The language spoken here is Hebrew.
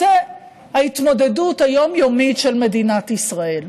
זו ההתמודדות היומיומית של מדינת ישראל.